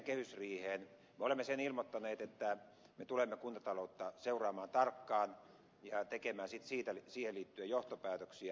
me olemme sen ilmoittaneet että me tulemme kuntataloutta seuraamaan tarkkaan ja tekemään sitten siihen liittyen johtopäätöksiä